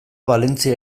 valentzia